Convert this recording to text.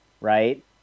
right